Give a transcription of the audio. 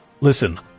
Listen